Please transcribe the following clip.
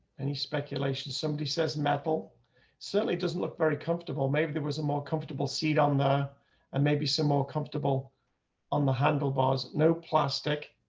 any speculation, somebody says metal certainly doesn't look very comfortable. maybe there was a more comfortable seat on the and maybe some more comfortable on the handlebars no plastic